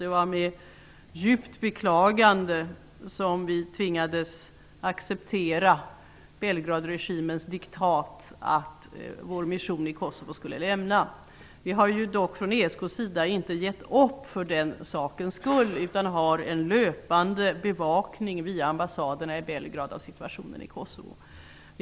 Det var med ett djupt beklagande som vi tvingades acceptera Belgradregimens diktat att vår mission i Kosovo måste upphöra. Vi har dock inte gett upp från ESK:s sida, utan vi har en löpande bevakning av situationen i Kosovo via ambassaderna i Belgrad.